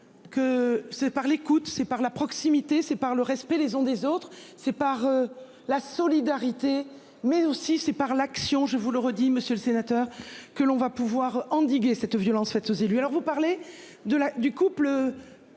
Que c'est par l'écoute, c'est par la proximité c'est par le respect les ont des autres. C'est par la solidarité mais aussi c'est par l'action, je vous le redis, Monsieur le Sénateur, que l'on va pouvoir endiguer cette violence faite aux élus. Alors vous parlez de la